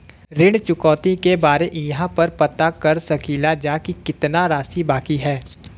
ऋण चुकौती के बारे इहाँ पर पता कर सकीला जा कि कितना राशि बाकी हैं?